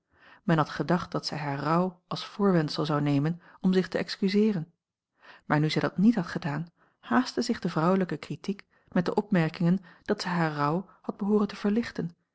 men had gedacht dat zij haar rouw als voorwendsel zou nemen om zich te excuseeren maar nu zij dat niet had gedaan haastte zich de vrouwelijke critiek met de opmerkingen dat zij haar rouw had behooren te verlichten